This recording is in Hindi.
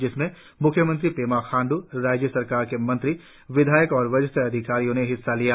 जिसमे म्ख्यमंत्री पेमा खांडू राज्य सरकार के मंत्री विधायक और वरिष्ठ अधिकारियों ने हिस्सा लिया